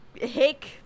hick